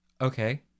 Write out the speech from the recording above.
Okay